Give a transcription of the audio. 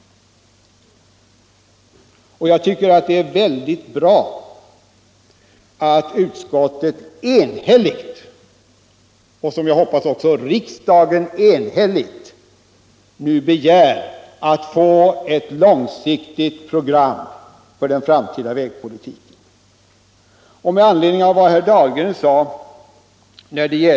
Jag tycker att det är mycket bra att utskottet enhälligt begär att få ett långsiktigt program för den framtida vägpolitiken, och jag hoppas att också riksdagen enhälligt skall begära detta.